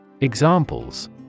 Examples